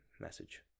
message